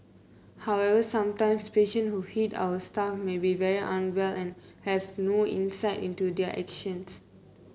however sometimes patient who hit our staff may be very unwell and have no insight into their actions